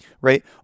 right